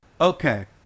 Okay